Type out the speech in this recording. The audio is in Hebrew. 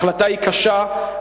ההחלטה היא קשה,